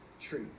tree